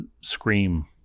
Scream